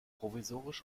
provisorisch